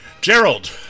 Gerald